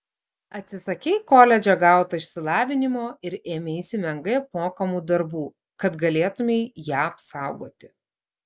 atsisakei koledže gauto išsilavinimo ir ėmeisi menkai apmokamų darbų kad galėtumei ją apsaugoti